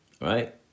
Right